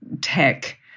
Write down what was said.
tech